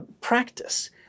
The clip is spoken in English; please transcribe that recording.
practice